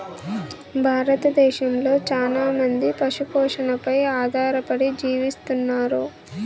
భారతదేశంలో చానా మంది పశు పోషణపై ఆధారపడి జీవిస్తన్నారు